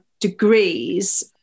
degrees